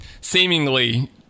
seemingly